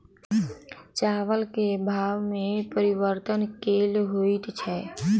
चावल केँ भाव मे परिवर्तन केल होइ छै?